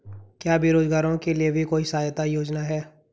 क्या बेरोजगारों के लिए भी कोई सहायता योजना है?